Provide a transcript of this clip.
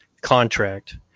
contract